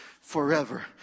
forever